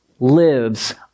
lives